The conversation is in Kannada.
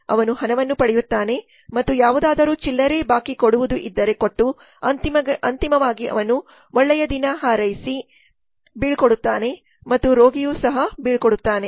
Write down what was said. ಅವನು ಹಣವನ್ನು ಪಡೆಯುತ್ತಾನೆ ಮತ್ತು ಯಾವುದಾದರೂ ಚಿಲ್ಲರೆ ಬಾಕಿ ಕೊಡುವುದು ಇದ್ದರೆ ಕೊಟ್ಟು ಅಂತಿಮವಾಗಿ ಅವನು ಒಳ್ಳೆಯ ದಿನ ಹಾರೈಸಿ ಬೈ ಹೇಳುತ್ತಾನೆಮತ್ತು ರೋಗಿಯು ಸಹ ಬೈ ಹೇಳುತ್ತಾನೆ